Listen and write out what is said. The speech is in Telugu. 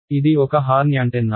ఇది ఒక హార్న్ యాంటెన్నా